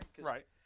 Right